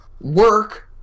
work